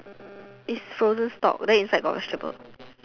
is frozen stock then inside got vegetables